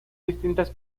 distintas